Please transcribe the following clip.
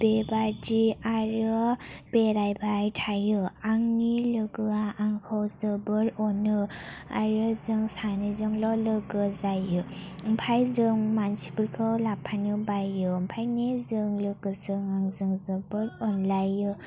बेबादि आरो बेरायबाय थायो आंनि लोगोआ आंखौ जोबोद अनो आरो जों सानैजोंल' लोगो जायो ओमफ्राय जों मानसिफोरखौ लाफानो बायो ओंखायनो जों लोगोजों आंजों जोबोद अनलायो